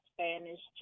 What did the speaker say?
Spanish